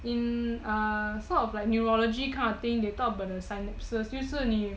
in a sort of like neurology kind of thing they talk about the synapses 就是你